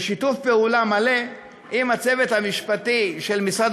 בשיתוף פעולה מלא עם הצוות המשפטי של משרד